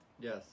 Yes